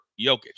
Jokic